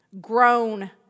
Grown